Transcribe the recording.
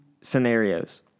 scenarios